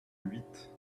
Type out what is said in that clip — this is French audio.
huit